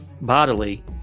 bodily